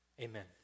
Amen